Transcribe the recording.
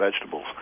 vegetables